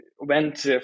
went